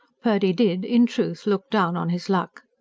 purdy did in truth look down on his luck.